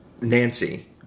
Nancy